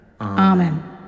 amen